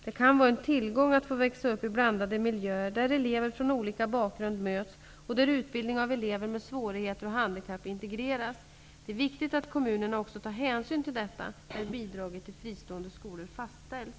Det kan vara en tillgång att få växa upp i blandade miljöer där elever från olika bakgrund möts och där utbildning av elever med svårigheter och handikapp integreras. Det är viktigt att kommunerna också tar hänsyn till detta när bidraget till fristående skolor fastställs.